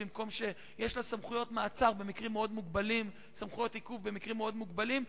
יש לה סמכויות מעצר וסמכויות עיכוב במקרים מוגבלים מאוד.